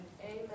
Amen